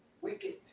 Wicked